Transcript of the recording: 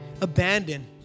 abandoned